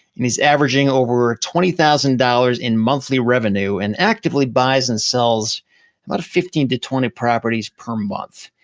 and he's averaging over twenty thousand dollars in monthly revenue, and actively buys and sells about fifteen to twenty properties per month,